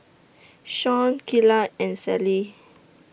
Shon Kaela and Sallie